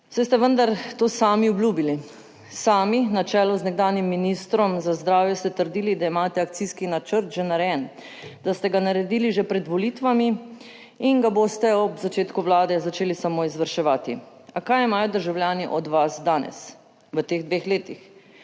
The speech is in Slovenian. Saj ste vendar to sami obljubili. Sami, na čelu z nekdanjim ministrom za zdravje ste trdili, da imate akcijski načrt že narejen, da ste ga naredili že pred volitvami in ga boste ob začetku Vlade začeli samo izvrševati. A kaj imajo državljani od vas danes, v teh dveh letih?